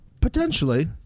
Potentially